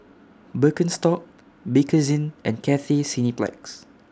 Birkenstock Bakerzin and Cathay Cineplex